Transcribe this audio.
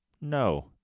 No